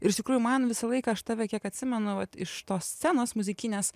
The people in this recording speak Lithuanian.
ir iš tikrųjų man visą laiką aš tave kiek atsimenu vat iš tos scenos muzikinės